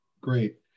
Great